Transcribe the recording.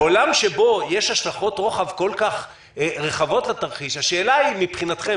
בעולם שבו יש השלכות רוחב כל כך רחבות לתרחיש השאלה היא מבחינתכם,